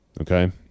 Okay